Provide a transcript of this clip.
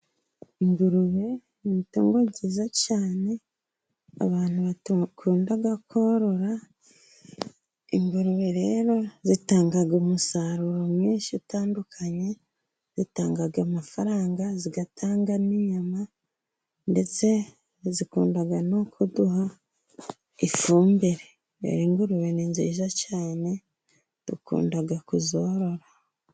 Ingurube ni itungo ryiza cyane, abantu bakunda korora, ingurube rero zitanga umusaruro mwinshi utandukanye, zitanga amafaranga, zigatanga n'inyama, ndetse zikunda no kuduha ifumbire Rero ingurube ni nziza cyane, dukunda kuzorora.